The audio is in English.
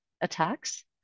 attacks